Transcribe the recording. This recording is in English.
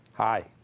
Hi